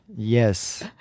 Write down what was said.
Yes